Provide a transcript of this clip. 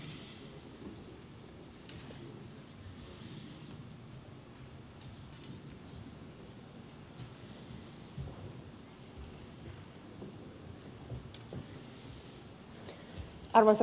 arvoisa puhemies